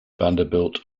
vanderbilt